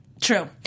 true